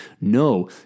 No